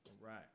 right